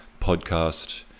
podcast